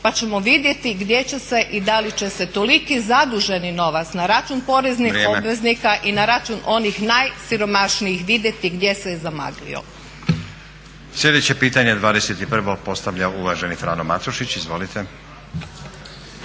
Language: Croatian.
pa ćemo vidjeti gdje će se i da li će se toliki zaduženi novac na račun poreznih obveznika i na račun onih najsiromašnijih vidjeti gdje se je zamaglio.